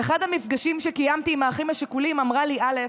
באחד המפגשים שקיימתי עם האחים השכולים אמרה לי א':